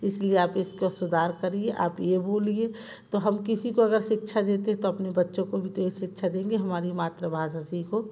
इसलिए आप इसको सुधार करिए आप ये बोलिए तो हम किसी को अगर सिक्षा देते हैं तो अपने बच्चों को भी तो ये सिक्षा देंगे हमारी मातृभाषा सीखो